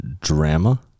drama